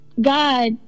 God